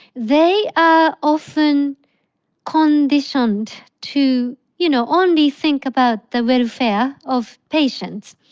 they are often conditioned to you know only think about the welfare of patients.